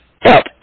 help